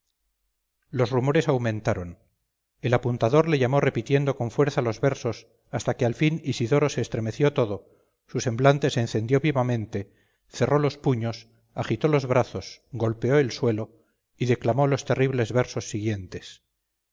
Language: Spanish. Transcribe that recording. los rumores aumentaron el apuntador le llamó repitiendo con fuerza los versos hasta que al fin isidoro se estremeció todo su semblante se encendió vivamente cerró los puños agitó los brazos golpeó el suelo y declamó los terribles versos siguientes